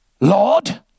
Lord